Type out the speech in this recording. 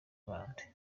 valentin